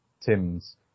Tim's